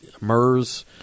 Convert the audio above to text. MERS